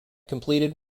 completed